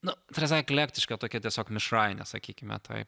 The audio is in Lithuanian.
nu ta prasme eklektišką tokia tiesiog mišrainė sakykime taip